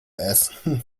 essen